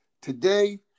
Today